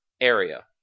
area